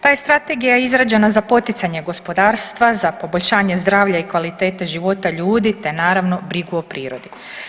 Ta je strategija izrađena za poticanje gospodarstva, za poboljšanje zdravlja i kvalitete života ljudi, te naravno brigu o prirodi.